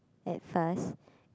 at first